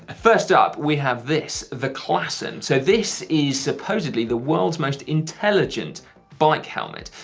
ah first up, we have this, the classon. so this is supposedly the world's most intelligent bike helmet.